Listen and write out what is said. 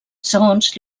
segons